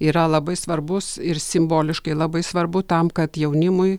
yra labai svarbus ir simboliškai labai svarbu tam kad jaunimui